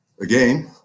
Again